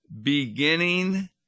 beginning